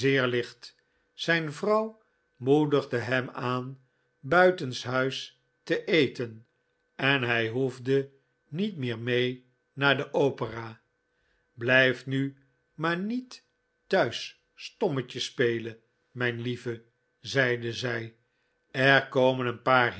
licht zijn vrouw moedigde hem aan buitenshuis te eten en hij hoefde niet meer mee naar de opera blijf nu maar niet thuis stommetje spclen mijn lieve zeide zij er komcn een paar